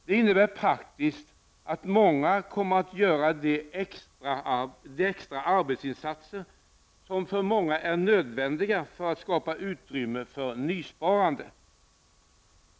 Det innebär praktiskt att många kommer att göra de extra arbetsinsatser -- som för många är nödvändiga -- för att skapa utrymme för nysparande.